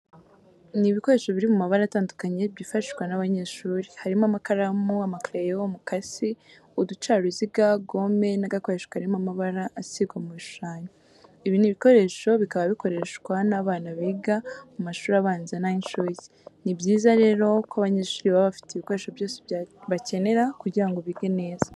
Ni ibikoresho biri mu mabara atandukanye byifashishwa n'abanyeshuri, harimo amakaramu, amakereyo, umukasi, uducaruzuga, gome n'agakoresho karimo amabara asigwa mu bishushanyo. Ibi bikoresho bikaba bikorehswa n'abana biga mu mashuri abanza n'ay'incuke. Ni byiza rero ko abanyeshuri baba bafite ibikoresho byose bakenera kugira ngo bige neza.